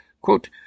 quote